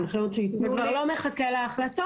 ההנחיות שייתנו לי --- זה כבר לא מחכה להחלטות,